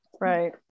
Right